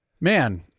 man